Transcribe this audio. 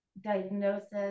diagnosis